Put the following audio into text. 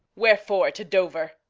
wherefore to dover?